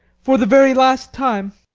for the very last time?